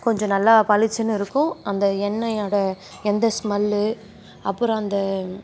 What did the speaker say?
கொஞ்சம் நல்லா பளிச்சுனு இருக்கும் அந்த எண்ணெயோட எந்த ஸ்மெல்லு அப்புறம் அந்த